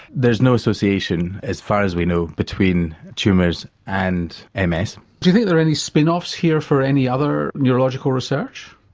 there's no association as far as we know between tumours and um ms. do you think there are any spin offs here for any other neurological research?